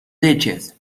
leches